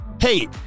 Hey